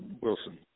Wilson